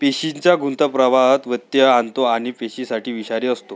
पेशींचा गुंता प्रवाहात व्यत्यय आणतो आणि पेशीसाठी विषारी असतो